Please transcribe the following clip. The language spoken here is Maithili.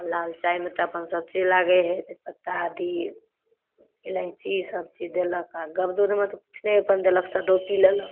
लाल चाइमे तऽ अपन सबचीज लागै हइ तेजपत्ता आदी इलाइची सबचीज देलक आओर गब दूधमे तऽ किछु नहि देलक सादो पी लेलक ताहिके बाद